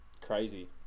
crazy